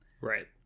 Right